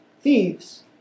thieves